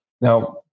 Now